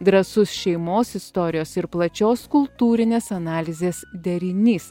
drąsus šeimos istorijos ir plačios kultūrinės analizės derinys